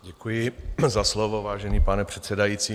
Děkuji za slovo, vážený pane předsedající.